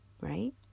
right